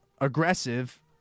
aggressive